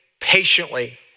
patiently